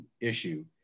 issue